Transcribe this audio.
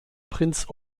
prinz